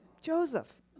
Joseph